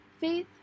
faith